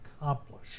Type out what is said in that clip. accomplish